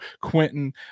quentin